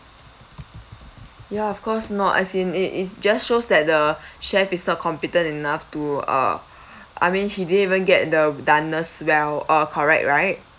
ya of course not as in it is just shows that the chef is not competent enough to uh I mean he didn't even get the doneness well uh correct right